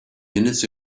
minutes